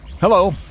Hello